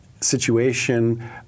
situation